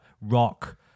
rock